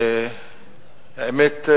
האמת,